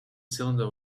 cylinder